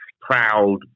proud